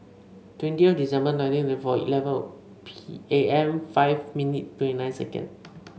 twenty December nineteen thirty four eleven P A M five minute twenty nine second